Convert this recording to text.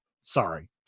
Sorry